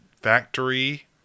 factory